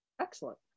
Excellent